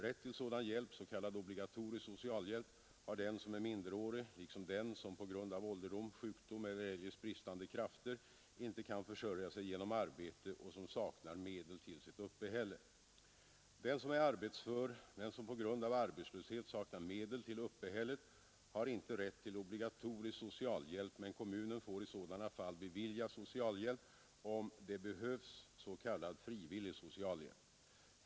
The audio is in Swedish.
Rätt till sådan hjälp, s.k. obligatorisk socialhjälp, har den som är minderårig liksom den som på grund av ålderdom, sjukdom eller eljest bristande krafter inte kan försörja sig genom arbete och som saknar medel till sitt uppehälle. Den som är arbetsför men som på grund av arbetslöshet saknar medel till uppehället har inte rätt till obligatorisk socialhjälp men kommunen får i sådana fall bevilja socialhjälp om det behövs, s.k. frivillig socialhjälp.